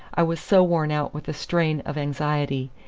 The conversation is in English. i was so worn out with the strain of anxiety,